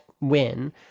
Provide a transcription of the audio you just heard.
win